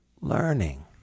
learning